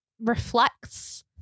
reflects